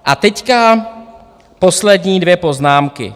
A teď poslední dvě poznámky.